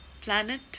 planet